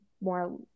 more